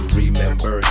remember